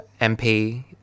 MP